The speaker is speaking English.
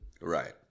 right